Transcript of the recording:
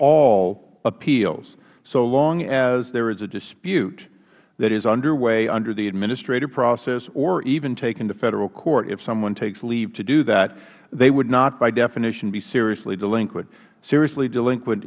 all appeals so long as there is a dispute that is underway under the administrative process or even through federal court if someone takes leave to do that they would not by definition be seriously delinquent seriously delinquent